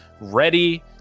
ready